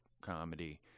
comedy